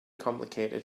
complicated